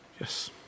yes